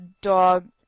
dog